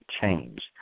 change